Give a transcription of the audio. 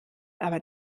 aber